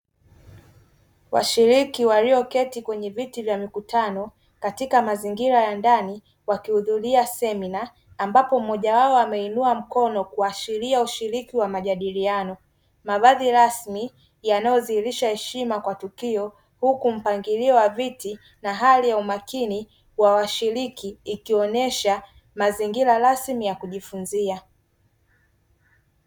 Washiriki walioketi kwenye viti vya mkutano katika mazingira ya ndani wakihudhuria semina ambapo mmoja wao ameinuwa mkono kuashilia ushiriki wa majadiliano, mavazi rasmi yanayo dhihirisha heshima kwa tukio huku mpangilio wa viti na hali ya umakini wa washiriki ikionyesha mazingira rasmi ya kujifunzia.